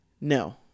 no